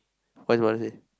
what his mother say